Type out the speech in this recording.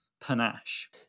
panache